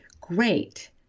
Great